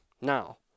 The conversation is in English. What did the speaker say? now